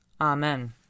Amen